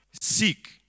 seek